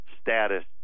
status